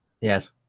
Yes